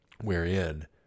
wherein